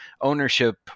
ownership